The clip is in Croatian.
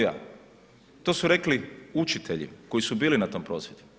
To su rekli učitelji koji su bili na tom prosvjedu.